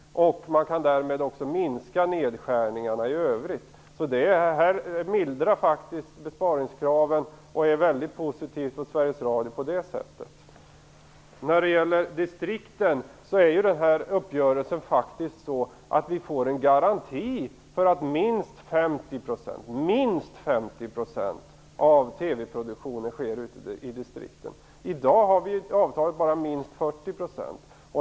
Man kan därmed minska nedskärningarna i övrigt. Det här mildrar faktiskt besparingskraven och är på det sättet positivt för Sveriges Radio. När det gäller distrikten får vi genom den här uppgörelsen en garanti för att minst 50 % av TV produktionen sker ute i distrikten. I dag är det enligt avtalet minst 40 %.